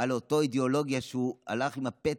על אותה אידיאולוגיה שאיתה הוא הלך עם הפתק,